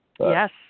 Yes